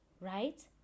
right